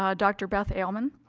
ah dr. beth ehlmann.